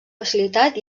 facilitat